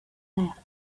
left